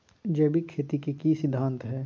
जैविक खेती के की सिद्धांत हैय?